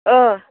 ओ